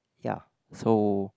ya so